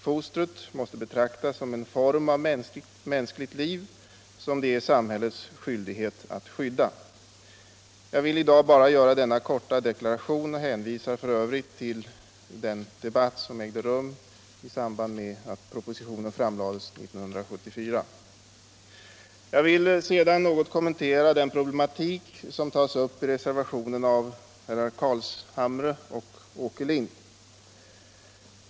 Fostret måste betraktas som en form av mänskligt liv, som det är samhällets skyldighet att skydda. Jag vill i dag bara göra denna korta deklaration och hänvisar i övrigt till den debatt som ägde rum i samband med att propositionen framlades 1974. Jag vill sedan något kommentera den problematik som tas upp i reservationen av herrar Carlshamre och Åkerlind.